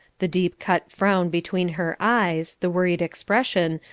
the deep-cut frown between her eyes, the worried expression,